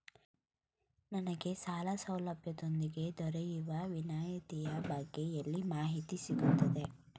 ನನಗೆ ಸಾಲ ಸೌಲಭ್ಯದೊಂದಿಗೆ ದೊರೆಯುವ ವಿನಾಯತಿಯ ಬಗ್ಗೆ ಎಲ್ಲಿ ಮಾಹಿತಿ ಸಿಗುತ್ತದೆ?